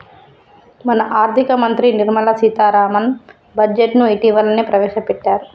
మన ఆర్థిక మంత్రి నిర్మల సీతారామన్ బడ్జెట్ను ఇటీవలనే ప్రవేశపెట్టారు